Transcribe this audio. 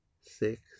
six